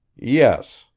yes,